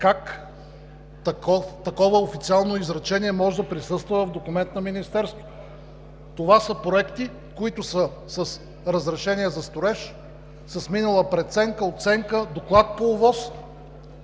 как такова официално изречение може да присъства в документ на Министерството? Това са проекти, които са с разрешение за строеж, с минала преценка, оценка, доклад по ОВОС,